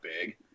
big